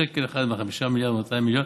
שקל אחד מה-5 מיליארד ו-200 מיליון,